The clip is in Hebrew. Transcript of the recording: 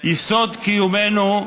יסוד קיומנו.